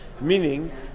Meaning